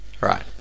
Right